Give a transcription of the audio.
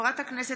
קרעי,